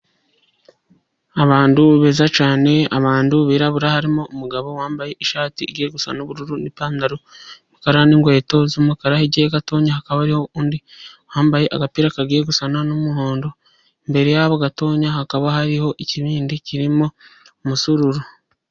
Abantu beza cyane, abantu birabura, harimo umugabo wambaye ishati igiye gusa n'ubururu, n'ipantaro y'umukara, n'inkweto z'umukara, hirya ye gatotoya hakaba hariho undi wambaye agapira kagiye gusa n'umuhondo, imbere yabo gatotoya hakaba hariho ikibindi kirimo umusururu.